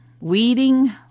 weeding